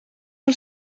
els